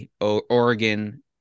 Oregon